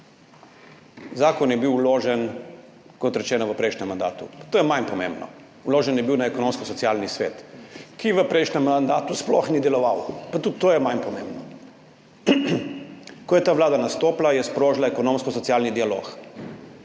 Zakon je bil vložen, kot rečeno, v prejšnjem mandatu, to je manj pomembno. Vložen je bil na Ekonomsko-socialni svet, ki v prejšnjem mandatu sploh ni deloval. Pa tudi to je manj pomembno. Ko je ta vlada nastopila je sprožila ekonomsko-socialni dialog.